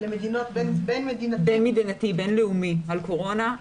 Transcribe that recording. מידע בין-לאומי על קורונה,